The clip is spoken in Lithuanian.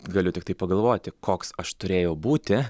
galiu tiktai pagalvoti koks aš turėjau būti